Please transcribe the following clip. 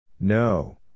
No